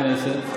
כנסת,